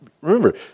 Remember